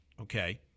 Okay